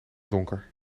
donker